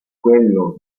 quello